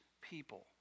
people